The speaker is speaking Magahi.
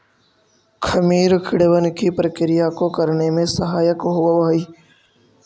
खमीर किणवन की प्रक्रिया को करने में सहायक होवअ हई